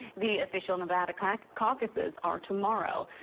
the official nevada caucuses caucuses are tomorrow.